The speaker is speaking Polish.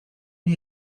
nie